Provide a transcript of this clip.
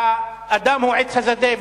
האדם הוא עץ השדה,